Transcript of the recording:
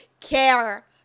Care